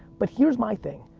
but here's my thing,